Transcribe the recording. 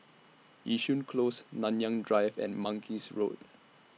Yishun Close Nanyang Drive and Mangis Road